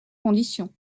conditions